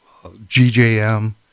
GJM